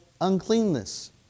uncleanness